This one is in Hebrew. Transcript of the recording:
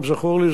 אם זכור לי,